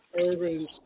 Urban